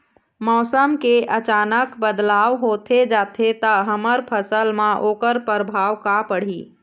मौसम के अचानक बदलाव होथे जाथे ता हमर फसल मा ओकर परभाव का पढ़ी?